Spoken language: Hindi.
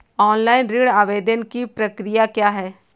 ऑनलाइन ऋण आवेदन की प्रक्रिया क्या है?